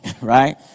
right